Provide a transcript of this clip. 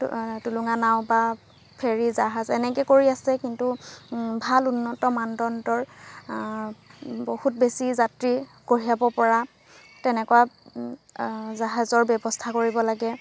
টুলুঙা নাও বা ফেৰী জাহাজ এনেকৈ কৰি আছে কিন্তু ভাল উন্নত মানদণ্ডৰ বহুত বেছি যাত্ৰী কঢ়িয়াব পৰা তেনেকুৱা জাহাজৰ ব্যৱস্থা কৰিব লাগে